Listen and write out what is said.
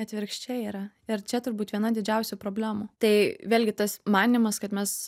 atvirkščiai yra ir čia turbūt viena didžiausių problemų tai vėlgi tas manymas kad mes